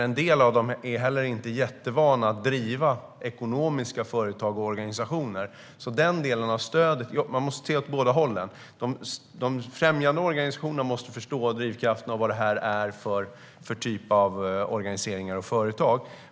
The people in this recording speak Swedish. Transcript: En del av dem är dock inte jättevana att driva ekonomiska företag och organisationer, så man måste se på det från båda hållen: Å ena sidan måste de främjande organisationerna förstå drivkrafterna och vad det här är för typ av organisationer och företag.